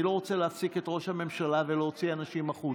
אני לא רוצה להפסיק את ראש הממשלה ולהוציא אנשים החוצה.